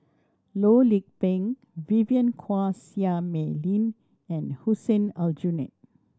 Loh Lik Peng Vivien Quahe Seah Mei Lin and Hussein Aljunied